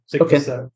Okay